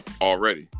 Already